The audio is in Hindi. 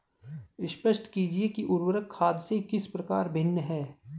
स्पष्ट कीजिए कि उर्वरक खाद से किस प्रकार भिन्न है?